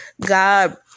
God